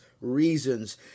reasons